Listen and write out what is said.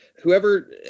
whoever